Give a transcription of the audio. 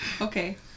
Okay